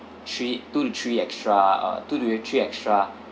three two to three extra uh two to three extra